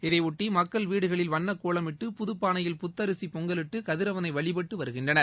இதைபொட்டி மக்கள் வீடுகளில் வண்ணக் கோலமிட்டு புதப்பானையில் புத்தரிசி பொங்கலிட்டு கதிரவனை வழிபட்டு வருகிறார்கள்